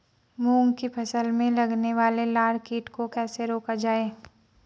मूंग की फसल में लगने वाले लार कीट को कैसे रोका जाए?